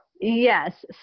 Yes